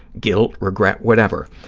guilt, regret, whatever,